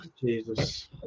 Jesus